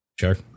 Sure